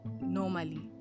normally